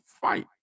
fight